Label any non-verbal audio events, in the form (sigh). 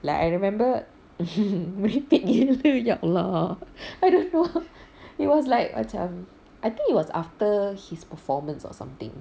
like I remember (laughs) merepek gila ya allah I don't know it was like macam I think it was after his performance or something